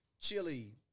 chili